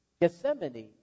Gethsemane